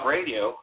Radio